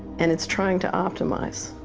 and it's trying to optimize.